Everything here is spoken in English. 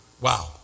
Wow